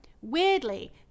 weirdly